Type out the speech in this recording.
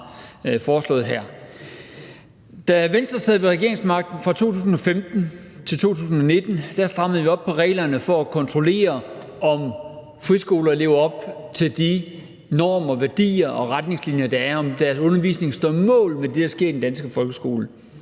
Da Venstre sad med regeringsmagten fra 2015 til 2019, strammede vi op på reglerne for at kontrollere, om friskoler lever op til de normer, værdier og retningslinier, der er, altså om deres undervisning står mål med det, der sker i den danske folkeskole.